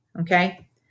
Okay